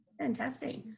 Fantastic